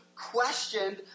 questioned